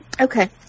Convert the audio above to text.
okay